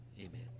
amen